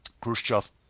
Khrushchev